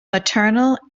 maternal